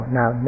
now